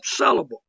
sellable